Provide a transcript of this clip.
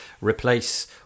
replace